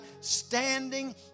standing